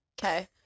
Okay